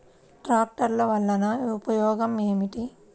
ట్రాక్టర్లు వల్లన ఉపయోగం ఏమిటీ?